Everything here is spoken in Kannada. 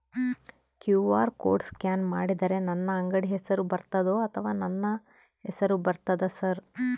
ಕ್ಯೂ.ಆರ್ ಕೋಡ್ ಸ್ಕ್ಯಾನ್ ಮಾಡಿದರೆ ನನ್ನ ಅಂಗಡಿ ಹೆಸರು ಬರ್ತದೋ ಅಥವಾ ನನ್ನ ಹೆಸರು ಬರ್ತದ ಸರ್?